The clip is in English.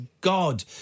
God